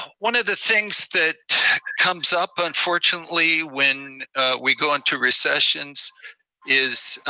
one of the things that comes up, unfortunately when we go into recessions is